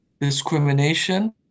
discrimination